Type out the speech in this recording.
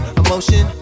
emotion